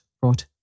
brought